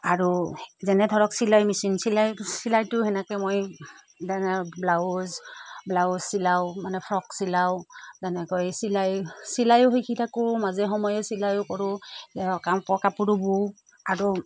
আৰু যেনে ধৰক চিলাই মেচিন চিলাই চিলাইটো সেনেকৈ মই যেনে ব্লাউজ ব্লাউজ চিলাওঁ মানে ফ্ৰক চিলাওঁ তেনেকৈ চিলাই চিলায়ো শিকি থাকোঁ মাজে সময়ে চিলায়ো কৰোঁ কাপোৰো বওঁ আৰু